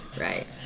Right